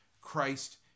Christ